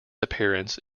appearance